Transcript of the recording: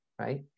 right